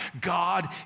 God